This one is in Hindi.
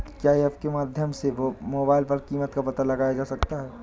क्या ऐप के माध्यम से मोबाइल पर कीमत का पता लगाया जा सकता है?